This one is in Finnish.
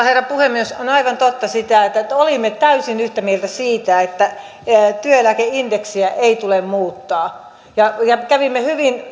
herra puhemies on aivan totta se että olimme täysin yhtä mieltä siitä että työeläkeindeksiä ei tule muuttaa ja ja kävimme